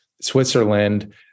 Switzerland